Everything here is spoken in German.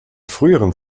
früheren